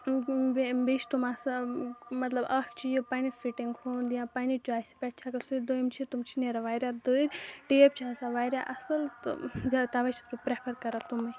تہٕ بیٚیہِ چھِ تِم آسان مطلب اَکھ چھِ یہِ پَنٕنہِ فِٹِنٛگ ہُنٚد یا پَنٕنہِ چویسہٕ پٮ۪ٹھ چھِ ہیٚکان سوٗوِتھ دوٚیم چھِ تِم چھِ نیران واریاہ دٔرۍ ٹیٚب چھِ آسان واریاہ اصٕل تہٕ زیادٕ تَوے چھَس بہٕ پرٛیفر کران تُمٕے